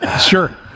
Sure